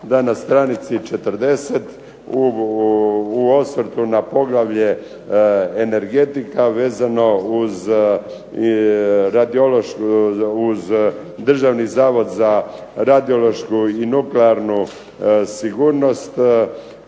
da na stranici 40. u osvrtu na poglavlje Energetika vezano uz Državni zavod za radiološku i nuklearnu sigurnost